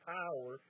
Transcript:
power